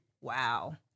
Wow